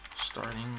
starting